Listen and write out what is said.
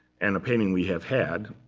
and a painting we have had,